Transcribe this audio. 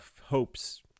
hopes